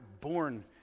born